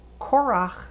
Korach